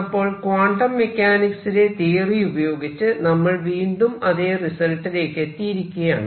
അപ്പോൾ ക്വാണ്ടം മെക്കാനിക്സിലെ തിയറി ഉപയോഗിച്ച് നമ്മൾ വീണ്ടും അതെ റിസൾട്ടിലേക്കെത്തിയിരിക്കയാണ്